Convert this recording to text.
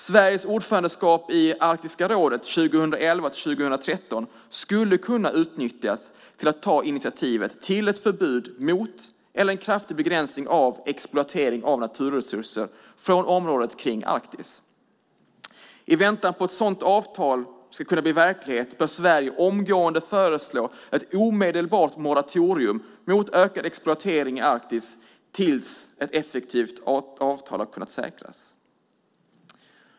Sveriges ordförandeskap i Arktiska rådet 2011-2013 skulle kunna utnyttjas till att ta initiativ till ett förbud mot eller en kraftig begränsning av exploatering av naturresurser från området kring Arktis. I väntan på att ett sådant avtal ska kunna bli verklighet bör Sverige omgående föreslå ett omedelbart moratorium mot ökad exploatering i Arktis tills ett effektivt avtal har kunnat säkras.